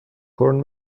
کورن